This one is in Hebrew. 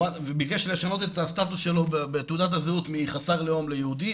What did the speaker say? הוא רק ביקש לשנות את הסטטוס שלו בתעודת הזהות מחסר לאום ליהודי,